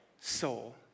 soul